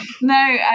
No